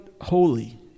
holy